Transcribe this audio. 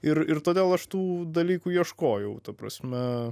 ir ir todėl aš tų dalykų ieškojau ta prasme